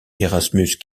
erasmus